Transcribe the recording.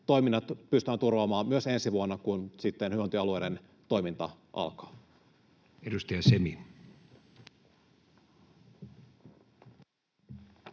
toiminnat pystytään turvaamaan myös ensi vuonna, kun hyvinvointialueiden toiminta sitten alkaa.